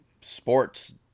sports